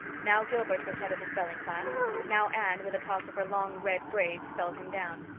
now gilbert was head of the spelling class now anne, with a toss of her long red braids, spelled him down.